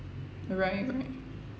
right right